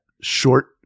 short